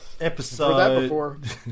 episode